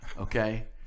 okay